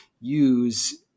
use